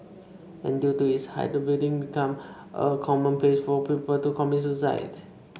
and due to its height the building became a common place for people to commit suicide